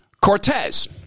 Cortez